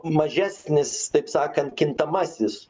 mažesnis taip sakant kintamasis